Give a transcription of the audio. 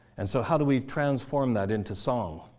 and so how do we transform that into song,